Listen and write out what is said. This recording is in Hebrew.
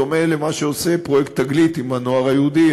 בדומה למה שעושה פרויקט "תגלית" עם הנוער היהודי,